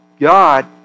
God